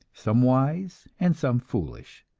some wise, and some foolish.